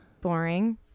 Boring